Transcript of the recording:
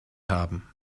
haben